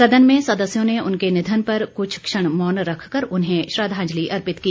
सदन में सदस्यों ने उनके निधन पर कुछ क्षण मौन रखकर उन्हें श्रद्वांजलि अर्पित की